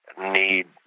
need